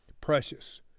Precious